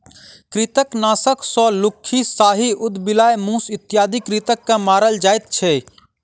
कृंतकनाशक सॅ लुक्खी, साही, उदबिलाइ, मूस इत्यादि कृंतक के मारल जाइत छै